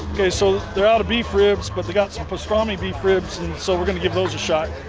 okay so they're out of beef ribs but they got some pastrami beef ribs and so we're going to give those a shot!